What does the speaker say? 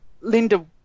Linda